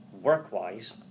work-wise